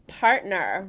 partner